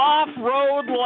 Off-Road